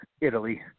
Italy